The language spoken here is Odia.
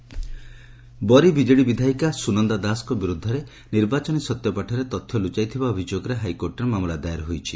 ମାମଲା ଦାୟର ବରି ବିଜେଡ଼ି ବିଧାୟିକା ସ୍ୱନନ୍ଦା ଦାସଙ୍କ ବିରୁଦ୍ଧରେ ନିର୍ବାଚନୀ ସତ୍ୟପାଠରେ ତଥ୍ୟ ଲ୍ରଚାଇଥିବା ଅଭିଯୋଗରେ ହାଇକୋର୍ଟ୍ରେ ମାମଲା ଦାୟର ହୋଇଛି